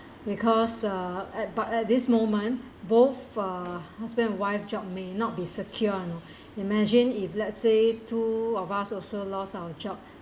because uh at but at this moment both uh husband and wife job may not be secure you know imagine if let's say two of us also lost our job